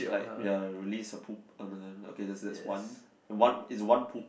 like ya release her poop uh n~ n~ okay that's that's one one it's one poop